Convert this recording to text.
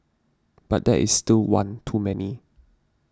but that is still one too many